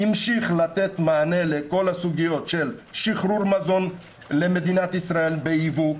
המשיך לתת מענה לכל הסוגיות של שחרור מזון למדינת ישראל בייבוא,